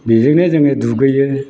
बेजोंनो जोङो दुगैयो